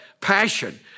passion